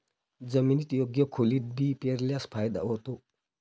जमिनीत योग्य खोलीत बी पेरल्यास फायदा होतो